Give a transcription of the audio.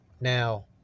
now